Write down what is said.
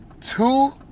two